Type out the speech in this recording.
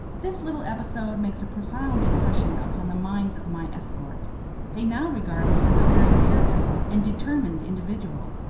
this little episode makes a profound impression upon the minds of my escort they now regard me as a very dare-devil and determined individual,